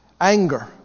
Anger